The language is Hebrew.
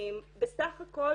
בסך הכל